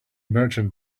merchant